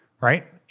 right